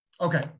Okay